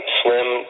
slim